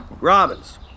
Robins